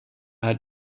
hat